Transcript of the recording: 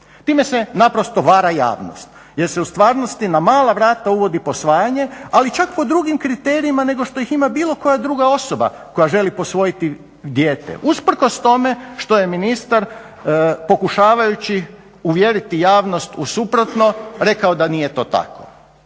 Time se naprosto vara javnost jer se u stvarnosti na mala vrata uvodi posvajanje, ali čak po drugim kriterijima nego što ih ima bilo koja druga osoba koja želi posvojiti dijete, usprkos tome što je ministar pokušavajući uvjeriti javnost u suprotno rekao da nije to tako.